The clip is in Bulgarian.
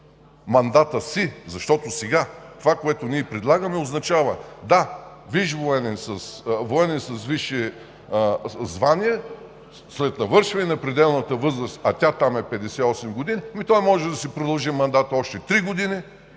мандата си. Защото това, което сега предлагаме, означава – да, военен с висше звание, и след навършване на пределната възраст, а тя там е 58 години, може да продължи мандата си с още три години,